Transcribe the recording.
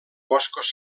boscos